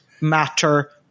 matter